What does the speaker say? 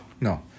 No